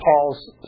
Paul's